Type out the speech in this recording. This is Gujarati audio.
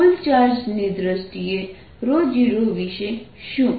કુલ ચાર્જ ની દ્રષ્ટિએ0 વિશે શું